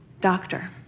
doctor